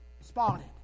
spotted